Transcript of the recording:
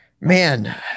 Man